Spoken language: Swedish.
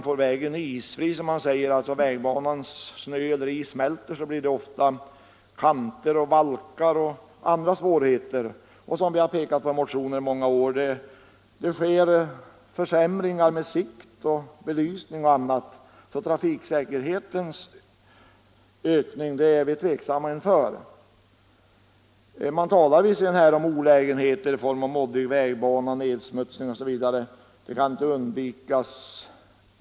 När vägbanans snö eller is smälter, blir det ofta kanter, valkar och annat som förorsakar svårigheter. Som vi har påpekat i motioner under flera år försämras sikten och belysningen, så påståendet att trafiksäkerheten ökar är vi mycket tveksamma inför. Det sägs visserligen också att olägenheter i form av moddig vägbana, nedsmutsning osv. inte kan undvikas.